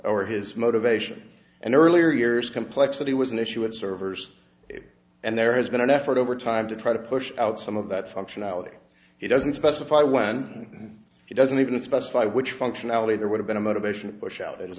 or his motivation and earlier years complexity was an issue of servers and there has been an effort over time to try to push out some of that functionality he doesn't specify when he doesn't even specify which functionality there would have been a motivation pushout